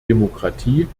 demokratie